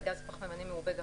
לגז פחמימני מעובה (גפ"מ)".